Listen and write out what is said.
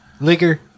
liquor